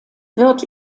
wird